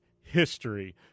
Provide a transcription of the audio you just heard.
history